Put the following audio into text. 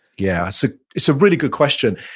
yeah. so it's a really good question.